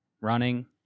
running